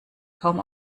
kaum